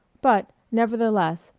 but, nevertheless,